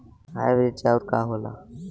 Hybrid चाउर का होला?